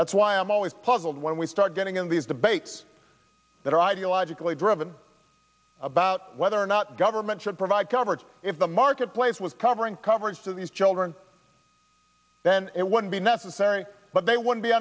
that's why i'm always puzzled when we start getting in these debates that are ideologically driven about whether or not government should provide coverage if the marketplace was covering coverage for these children then it wouldn't be necessary but they would